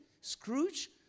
Scrooge